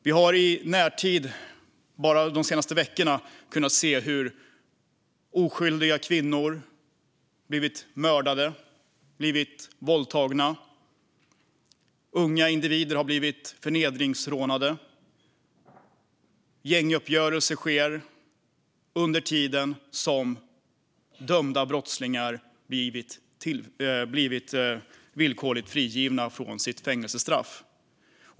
Vi har i närtid, bara de senaste veckorna, kunnat se hur oskyldiga kvinnor blivit mördade och våldtagna. Unga individer har blivit förnedringsrånade. Gänguppgörelser sker under tiden som dömda brottslingar blivit villkorligt frigivna från sitt fängelsestraff.